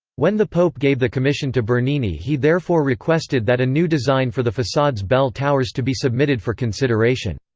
when the pope gave the commission to bernini he therefore requested that a new design for the facade's bell towers to be submitted for consideration.